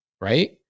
right